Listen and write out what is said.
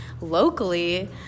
locally